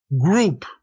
group